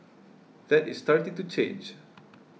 that is starting to change